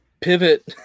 pivot